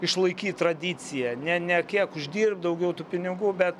išlaikyt tradiciją ne ne kiek uždirbt daugiau tų pinigų bet